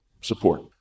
support